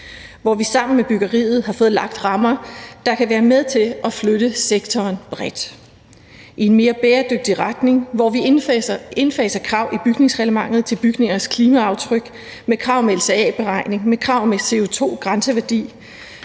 hvor vi sammen med byggeriet har fået lagt rammer, der bredt kan være med til at flytte sektoren i en mere bæredygtig retning, hvor vi indfaser krav i bygningsreglementet til bygningers klimaaftryk; med krav om LCA-beregning, med krav om en CO2-grænseværdi.